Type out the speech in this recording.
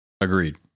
Agreed